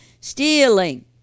stealing